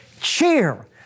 cheer